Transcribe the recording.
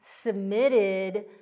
submitted